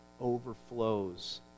overflows